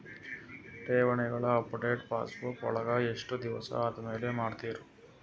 ಠೇವಣಿಗಳ update passbook ವಳಗ ಎಷ್ಟ ದಿವಸ ಆದಮೇಲೆ ಮಾಡ್ತಿರ್?